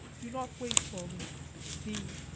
do not wait for me d.